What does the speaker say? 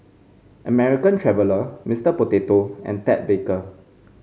American Traveller Mister Potato and Ted Baker